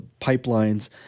pipelines